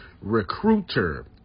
Recruiter